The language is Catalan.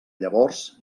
llavors